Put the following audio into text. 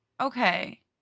Okay